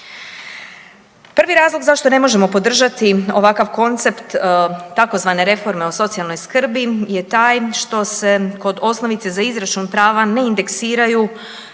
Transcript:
Prvi razlog zašto ne možemo podržati ovakav koncept tzv. reforme o socijalnoj skrbi je taj što se kod osnovice za izračun prava ne indeksiraju